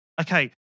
Okay